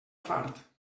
fart